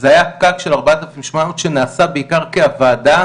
זה היה פקק של 4,800 שנעשה בעיקר כי הוועדה